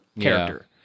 character